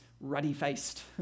ruddy-faced